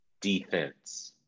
defense